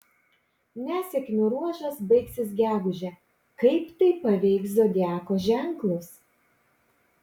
nesėkmių ruožas baigsis gegužę kaip tai paveiks zodiako ženklus